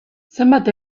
zenbat